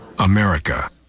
America